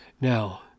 Now